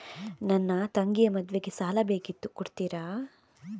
ನನ್ನ ತಂಗಿಯ ಮದ್ವೆಗೆ ಸಾಲ ಬೇಕಿತ್ತು ಕೊಡ್ತೀರಾ?